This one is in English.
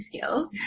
skills